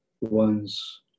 one's